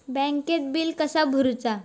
बँकेत बिल कसा भरुचा?